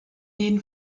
den